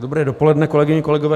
Dobré dopoledne, kolegyně, kolegové.